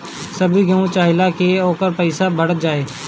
सभे केहू चाहेला की ओकर पईसा बढ़त जाए